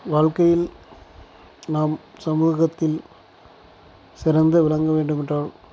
வாழ்க்கையில் நாம் சமூகத்தில் சிறந்து விளங்க வேண்டும் என்றால்